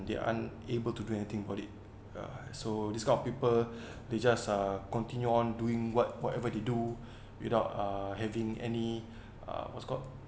they un~ able to do anything about it ya so this kind of people they just uh continue on doing what whatever they do without uh having any uh what's called